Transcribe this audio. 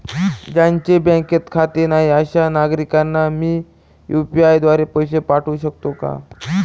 ज्यांचे बँकेत खाते नाही अशा नागरीकांना मी यू.पी.आय द्वारे पैसे पाठवू शकतो का?